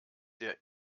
der